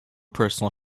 personal